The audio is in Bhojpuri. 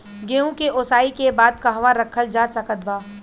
गेहूँ के ओसाई के बाद कहवा रखल जा सकत बा?